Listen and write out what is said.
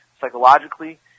Psychologically